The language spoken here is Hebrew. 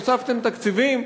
הוספתם תקציבים,